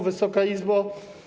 Wysoka Izbo!